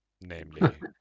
Namely